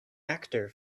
actor